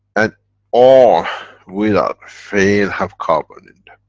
and all without fail have carbon in